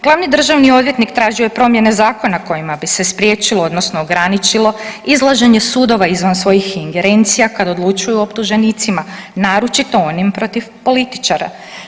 Glavni državni odvjetnik tražio je promjene zakona kojima bi se spriječilo odnosno ograničilo izlaženje sudova izvan svojih ingerencija kada odlučuju o optuženicima, naročito onim protiv političara.